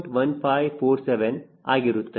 1547 ಆಗಿರುತ್ತದೆ